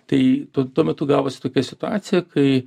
tai tuo tuo metu gavosi tokia situacija kai